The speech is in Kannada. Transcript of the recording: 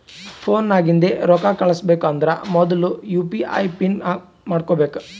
ಫೋನ್ ನಾಗಿಂದೆ ರೊಕ್ಕಾ ಕಳುಸ್ಬೇಕ್ ಅಂದರ್ ಮೊದುಲ ಯು ಪಿ ಐ ಪಿನ್ ಮಾಡ್ಕೋಬೇಕ್